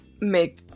make